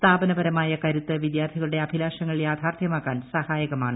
സ്ഥാപനപരമായ കരുത്ത് വിദ്യാർത്ഥികളുടെ അഭിലാഷങ്ങൾ യാഥാർത്ഥ്യമാക്കാൻ സഹായകമാണ്